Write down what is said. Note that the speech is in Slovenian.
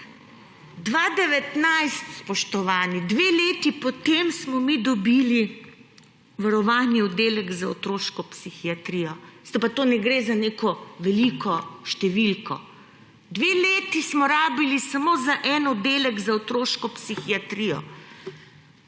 2019, spoštovani, dve leti potem smo mi dobili varovani oddelek za otroško psihiatrijo. Pa tu ne gre za neko veliko številko. Dve leti smo rabili samo za en oddelek za otroško psihiatrijo.